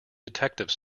detective